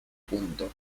punto